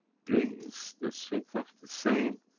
brings the strength of the same,